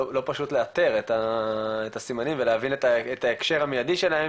לא פשוט לאתר את הסימנים ולהבין את ההקשר המיידי שלהם